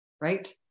right